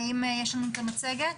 מצגת,